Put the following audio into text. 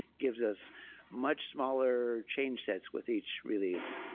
gives us much smaller change sets with each release.